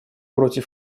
против